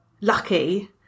lucky